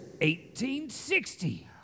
1860